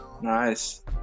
Nice